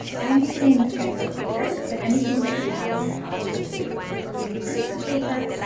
i'm using sketchbook paper, but anything that you have in your house will do. including printer paper,